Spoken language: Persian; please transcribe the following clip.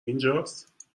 اینجاست